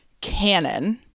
canon